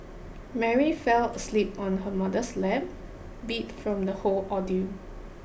Mary fell asleep on her mother's lap beat from the whole ordeal